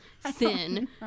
Thin